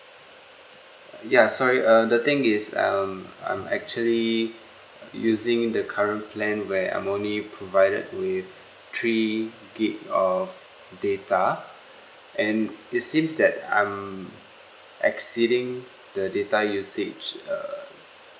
ya sorry uh the thing is um I'm actually using the current plan where I'm only provided with three gig of data and it seems that I'm exceeding the data usage err